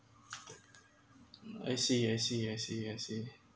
I see I see I see I see